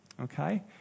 Okay